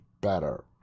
better